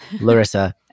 Larissa